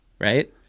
right